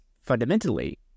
fundamentally